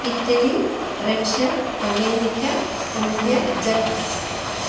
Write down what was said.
Italy Russia America India Japan